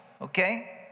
okay